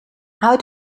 how